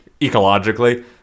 Ecologically